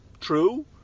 true